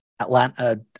Atlanta